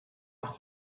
with